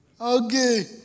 Okay